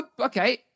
okay